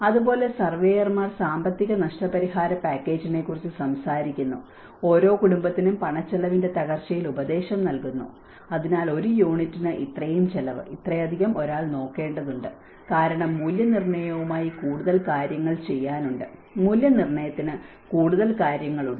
അതുപോലെ സർവേയർമാർ സാമ്പത്തിക നഷ്ടപരിഹാര പാക്കേജിനെക്കുറിച്ച് സംസാരിക്കുന്നു ഓരോ കുടുംബത്തിനും പണച്ചെലവിന്റെ തകർച്ചയിൽ ഉപദേശം നൽകുന്നു അതിനാൽ ഒരു യൂണിറ്റിന് ഇത്രയും ചെലവ് ഇത്രയധികം ഒരാൾ നോക്കേണ്ടതുണ്ട് കാരണം മൂല്യനിർണ്ണയവുമായി കൂടുതൽ കാര്യങ്ങൾ ചെയ്യാനുണ്ട് മൂല്യനിർണ്ണയത്തിന് കൂടുതൽ കാര്യങ്ങളുണ്ട്